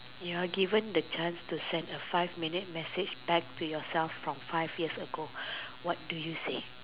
you are given a chance to send a five minute message back to yourself from five years ago what do you say